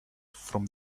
from